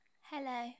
Hello